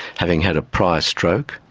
having had a prior stroke,